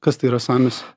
kas tai yra samis